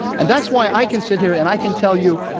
and that's why i can sit here and i can tell you,